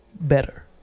better